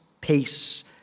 peace